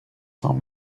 cents